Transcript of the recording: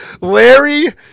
Larry